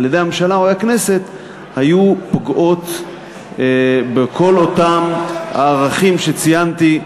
על-ידי הממשלה או הכנסת היו פוגעות בכל אותם הערכים שציינתי,